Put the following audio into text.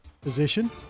position